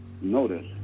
notice